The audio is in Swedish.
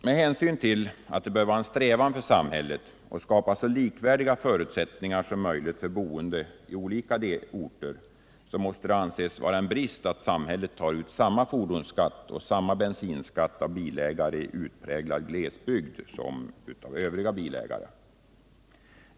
Med hänsyn till att det bör vara en strävan för samhället att skapa så likvärdiga förutsättningar som möjligt för boende på olika orter måste det anses vara en brist att samhället tar ut samma fordonsskatt och samma bensinskatt av bilägare i utpräglad glesbygd som av övriga bilägare.